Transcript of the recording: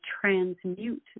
transmute